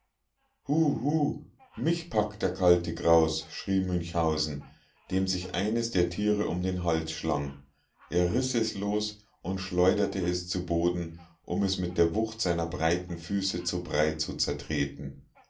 mich packt der kalte graus schrie münchhausen dem sich eines der tiere um den hals schlang er riß es los und schleuderte es zu boden um es mit der wucht seiner breiten füße zu brei zu zertreten